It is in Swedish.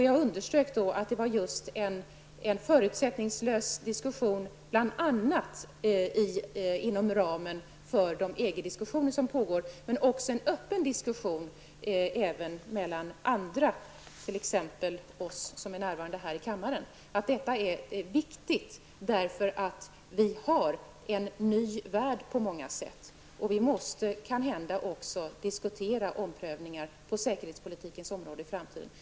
Jag understryker att det är viktigt med just en förutsättningslös diskussion, bl.a. inom ramen för de EG-diskussioner som pågår, men också med en öppen diskussion mellan oss andra, t.ex. oss som är närvarande här i kammaren -- vi har en ny värld på många sätt. Vi måste kanhända också diskutera omprövningar på säkerhetspolitikens område i framtiden.